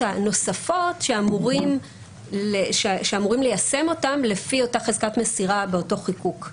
הנוספות שאמורים ליישם אותן לפי אותה חזקת מסירה באותו חיקוק.